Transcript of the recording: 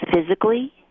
physically